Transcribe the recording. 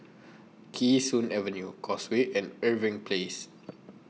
Kee Sun Avenue Causeway and Irving Place